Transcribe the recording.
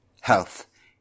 health